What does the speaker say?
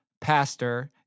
pastor